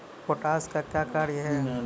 Potash का क्या कार्य हैं?